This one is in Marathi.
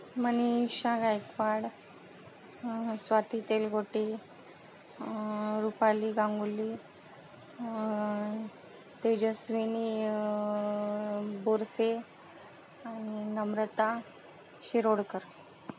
मनीषा गायकवाड स्वाती तेलगोटे रूपाली गांगुली तेजस्विनी बोरसे आणि नम्रता शिरोडकर